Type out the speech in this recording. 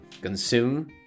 consume